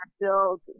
build